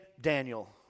Daniel